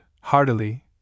heartily